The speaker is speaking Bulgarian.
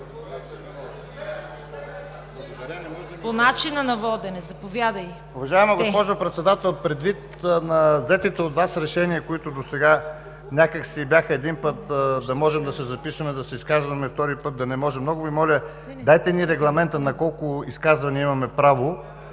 по начина на водене. Заповядайте.